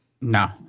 No